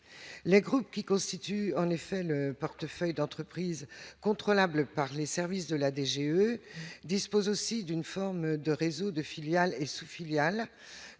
les groupes qui constitue en effet le portefeuille d'entreprises contrôlables par les services de la DGE dispose aussi d'une forme de réseau de filiales et sous-filiales,